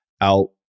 out